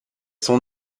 son